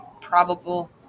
probable